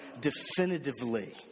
definitively